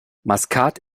maskat